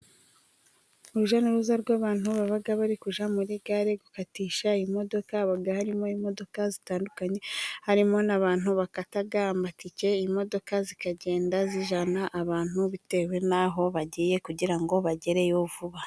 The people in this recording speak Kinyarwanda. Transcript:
Urujya n'uruza rw'abantu baba bari kujya muri gare gukatisha imodoka, haba harimo imodoka zitandukanye, harimo n'abantu bakata amatike, imodoka zikagenda zijyana abantu bitewe n'aho bagiye kugira ngo bagereyo vuba.